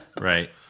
Right